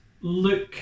look